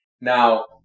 Now